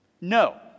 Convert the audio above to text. No